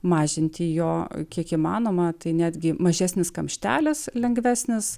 mažinti jo kiek įmanoma tai netgi mažesnis kamštelis lengvesnis